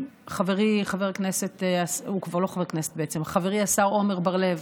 חברי השר עמר בר לב